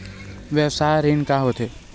व्यवसाय ऋण का होथे?